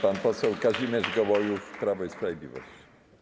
Pan poseł Kazimierz Gołojuch, Prawo i Sprawiedliwość.